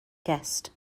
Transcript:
guest